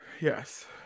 yes